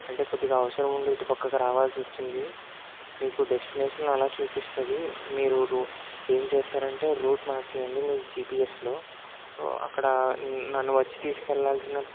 అంటే కొద్దిగా అవసరం ఉండి ఇటు పక్కకు రావాల్సొచ్చింది మీకు డెస్టినేషన్లో అలా చూపిస్తుంది మీరు రూ ఏం చేస్తారంటే రూట్ మార్చేయండి మీ జిపిఎస్లో వో అక్కడ నన్ను వచ్చి తీసుకెళ్ళాల్సిన